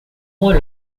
moi